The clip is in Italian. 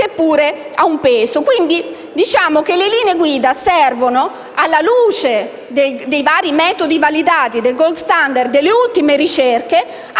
che pure hanno un peso. Quindi, diciamo che le linee guida servono, alla luce dei metodi validati, dei *gold standard* e delle ultime ricerche,